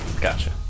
Gotcha